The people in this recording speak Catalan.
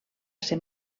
ser